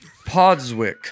Podswick